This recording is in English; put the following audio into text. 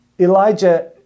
Elijah